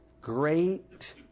Great